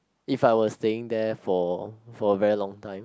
if I were staying there for for very long time